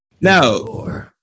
Now